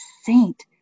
saint